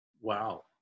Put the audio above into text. Wow